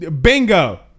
bingo